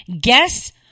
Guess